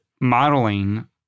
modeling